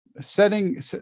Setting